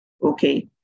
Okay